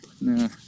nah